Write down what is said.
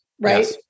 Right